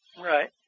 Right